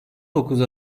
dokuz